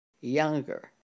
younger